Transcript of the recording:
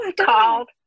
called